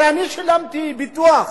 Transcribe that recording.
הרי אני שילמתי ביטוח,